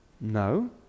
No